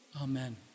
Amen